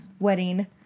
wedding